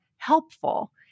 helpful